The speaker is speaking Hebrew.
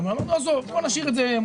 זה מה